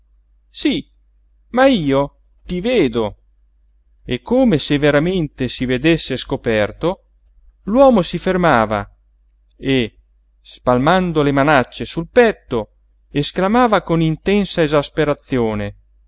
sí ma io ti vedo e come se veramente si vedesse scoperto l'uomo si fermava e spalmando le manacce sul petto esclamava con intensa esasperazione